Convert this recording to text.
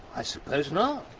i suppose not!